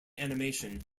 animation